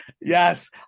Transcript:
Yes